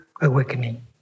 awakening